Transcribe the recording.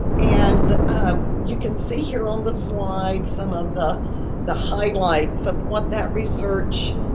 and you can see here on the slides some of the the highlights of what that research